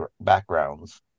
backgrounds